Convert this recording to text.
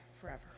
forever